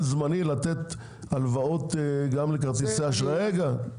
זמני לתת הלוואות גם לכרטיסי אשראי,